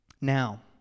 Now